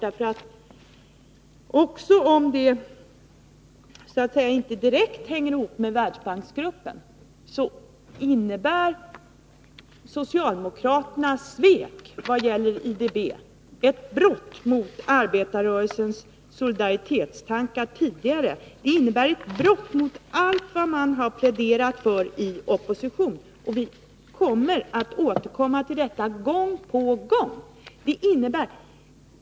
Även om IDB inte direkt har att göra med vad Världsbanksgruppen utför, innebär socialdemokraternas svek i vad gäller IDB ett brott mot arbetarrörelsens tidigare solidaritetstankar. Det innebär ett brott mot allt vad man har pläderat för i oppositionsställning. 3 Vi från vpk skall återkomma till detta gång på gång.